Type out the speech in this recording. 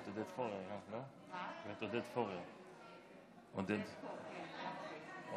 לסעיף 1. אנחנו